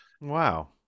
Wow